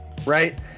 right